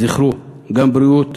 זכרו, גם בריאות,